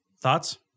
Thoughts